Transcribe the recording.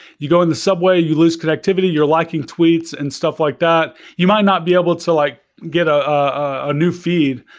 you go in the subway, you lose connectivity, your liking tweets and stuff like that, that, you might not be able to like get a new feed,